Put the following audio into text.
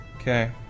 Okay